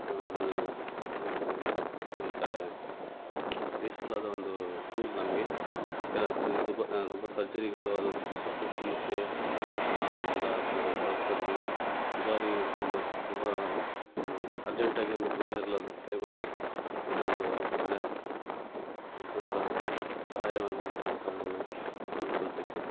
ಒಂದು ಏನಂತಾರೆ ಯೂಸ್ಫುಲ್ಲಾದ ಒಂದು ಟೂಲ್ ನಮಗೆ ಕೆಲವೊಂದು ಸರ್ತಿ ದುಬ್ಬಾ ತುಂಬ ಸರ್ಜರಿಗಳು ಅದು ಶಸ್ತ್ರಚಿಕಿತ್ಸೆ ಎಲ್ಲ ತ ಕೆಲವು ಸರ್ತಿ ದುಬಾರಿ ಇದು ತುಂಬ ಅರ್ಜೆಂಟಾಗಿ ಒಮ್ಮೆ ದುಡ್ಡಿರ್ಲಾರದ ಟೈಮಲ್ಲಿ ಇದೊಂದು ಒಳ್ಳೆಯ ಇದಂತ ಸಹಾಯವನ್ನು ಮಾಡುತ್ತೆ ಅಂತ ನಾನು ಅಂದ್ಕೊಳ್ತಿದ್ದೇನೆ